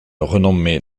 renommée